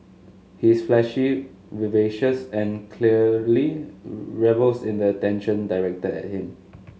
he's flashy vivacious and clearly revels in the attention directed at him